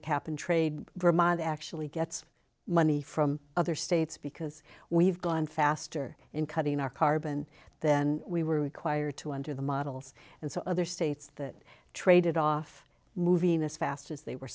a cap and trade that actually gets money from other states because we've gone faster in cutting our carbon then we were required to under the models and so other states that traded off moving as fast as they were